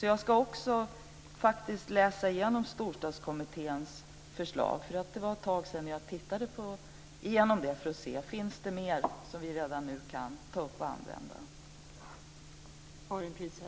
Jag ska också faktiskt läsa igenom Storstadskommitténs förslag - det var nämligen ett tag sedan jag gick igenom det - för att se om det finns mer som vi redan nu kan ta upp och använda.